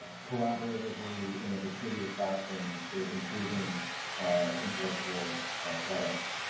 collaboratively in a distributed fashion, sort of improving intellectual products.